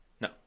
no